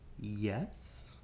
Yes